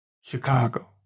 Chicago